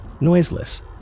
Noiseless